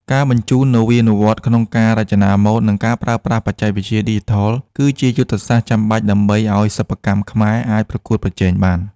ការបញ្ចូលនវានុវត្តន៍ក្នុងការរចនាម៉ូដ និងការប្រើប្រាស់បច្ចេកវិទ្យាឌីជីថល គឺជាយុទ្ធសាស្ត្រចាំបាច់ដើម្បីឱ្យសិប្បកម្មខ្មែរអាចប្រកួតប្រជែងបាន។